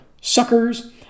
suckers